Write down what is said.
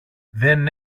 δεν